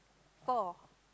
four